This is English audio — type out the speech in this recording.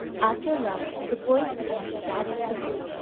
after lunch the boys began to gather quickly,